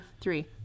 three